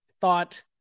thought